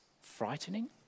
frightening